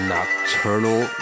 Nocturnal